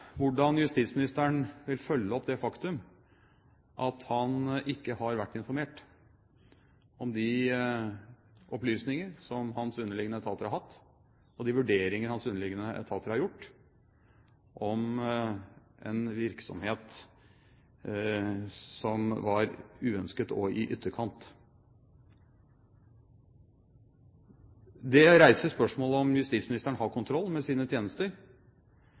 hvordan justisministeren vil følge opp det faktum at han ikke har vært informert om de opplysninger som hans underliggende etater har hatt, og de vurderinger hans underliggende etater har gjort, om en virksomhet som var uønsket og i ytterkant. Det reiser spørsmålet om justisministeren har kontroll med sine tjenester,